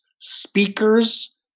speakers